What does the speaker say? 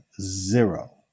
zero